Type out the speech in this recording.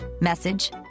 Message